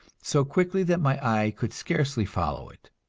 so quickly that my eye could scarcely follow it.